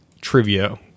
trivia